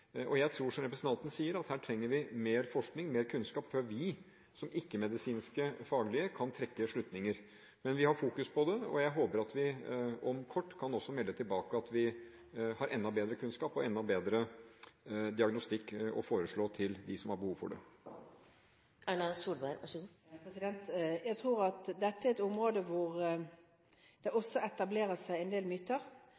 Jeg tror, som representanten sier, at her trenger vi mer forskning og mer kunnskap før vi som ikke-medisinsk faglige kan trekke slutninger. Men vi har fokus på det, og jeg håper at vi om kort tid også kan melde tilbake at vi har enda bedre kunnskap og enda bedre diagnostikk å foreslå for dem som har behov for det. Jeg tror at dette er et område hvor det